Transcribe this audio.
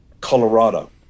Colorado